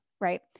right